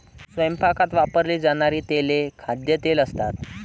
स्वयंपाकात वापरली जाणारी तेले खाद्यतेल असतात